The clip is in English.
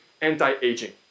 anti-aging